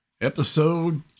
Episode